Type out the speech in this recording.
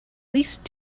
least